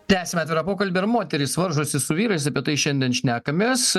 tęsiame pokalbį ar moterys varžosi su vyrais apie tai šiandien šnekamės